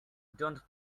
don’t